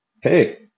Hey